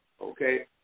okay